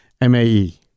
m-a-e